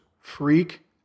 freak